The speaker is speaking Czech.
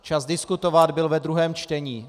Čas diskutovat byl ve druhém čtení.